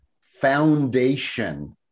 Foundation